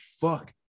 fuck